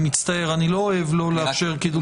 אני מצטער, אני לא אוהב לא לאפשר קידום תקנות.